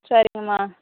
சரிங்கம்மா